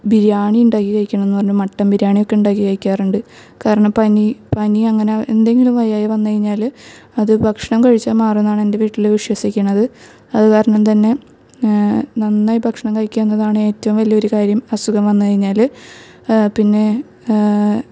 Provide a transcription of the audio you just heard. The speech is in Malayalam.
ബിരിയാണി ഉണ്ടാക്കി കഴിക്കണമെന്ന് പറഞ്ഞ് മട്ടൻ ബിരിയാണിയൊക്കെ ഉണ്ടാക്കി കഴിക്കാറുണ്ട് കാരണം പനി പനി അങ്ങനെ എന്തെങ്കിലും വയ്യായ്ക വന്ന് കഴിഞ്ഞാല് അത് ഭക്ഷണം കഴിച്ചാൽ മാറുമെന്നാണ് എൻ്റെ വീട്ടില് വിശ്വസിക്കുന്നത് അത് കാരണന്തന്നെ നന്നായി ഭക്ഷണം കഴിക്കുക എന്നതാണ് ഏറ്റവും വലിയൊരു കാര്യം അസുഖം വന്ന് കഴിഞ്ഞാല് പിന്നെ